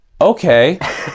okay